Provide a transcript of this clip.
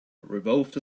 revolved